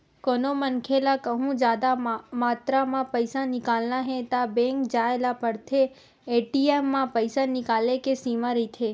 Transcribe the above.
कोनो मनखे ल कहूँ जादा मातरा म पइसा निकालना हे त बेंक जाए ल परथे, ए.टी.एम म पइसा निकाले के सीमा रहिथे